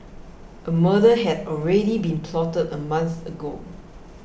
a murder had already been plotted a month ago